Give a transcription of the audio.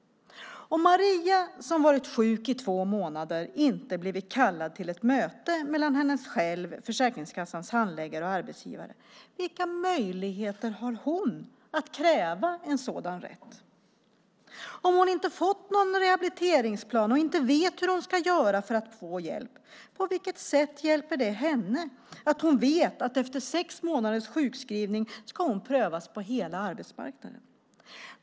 Om Maria, som varit sjuk i två månader, inte blivit kallad till ett möte mellan henne själv, Försäkringskassans handläggare och arbetsgivaren, vilka möjligheter har hon att kräva en sådan rätt? Om hon inte fått någon rehabiliteringsplan och inte vet hur hon ska göra för att få hjälp, på vilket sätt hjälper det henne att hon vet att hon efter sex månaders sjukskrivning ska prövas på hela arbetsmarknaden?